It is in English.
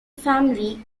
family